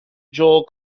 jewell